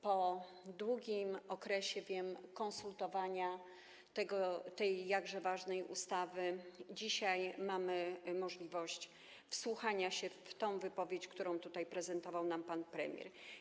Po długim okresie - wiem - konsultowania tej jakże ważnej ustawy dzisiaj mamy możliwość wsłuchania się w tę wypowiedź, którą tutaj prezentował nam pan premier.